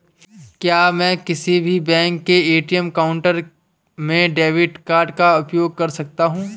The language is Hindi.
क्या मैं किसी भी बैंक के ए.टी.एम काउंटर में डेबिट कार्ड का उपयोग कर सकता हूं?